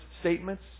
statements